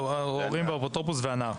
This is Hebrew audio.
הורים והאפוטרופוס והנער.